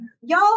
y'all